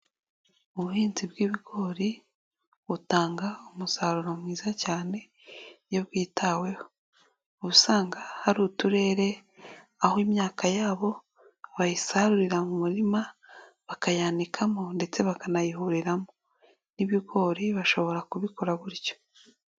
Ubuhinzi bw'ibigori butanga umusaruro mwiza cyane iyo bwitaweho. Uba usanga hari uturere aho imyaka yabo bayisarurira mu murima bakayihunikamo, ndetse bakanayihuriramo. N'ibigori bashobora kubikora gutyo.